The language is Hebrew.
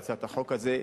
בהצעת החוק הזאת,